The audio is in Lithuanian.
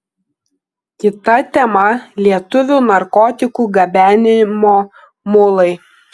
kita tema lietuvių narkotikų gabenimo mulai